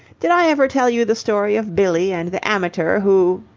did i ever tell you the story of billy and the amateur who?